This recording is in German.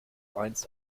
einst